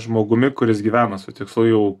žmogumi kuris gyvena su tikslu jau